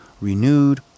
renewed